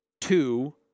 two